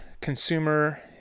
consumer